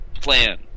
plan